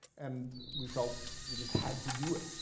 and we felt we just had to do it.